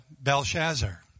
Belshazzar